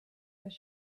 their